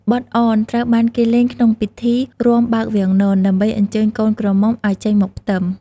បទអន ត្រូវបានគេលេងក្នុងពិធីរាំបើកវាំងនន ដើម្បីអញ្ជើញកូនក្រមុំឱ្យចេញមកផ្ទឹម។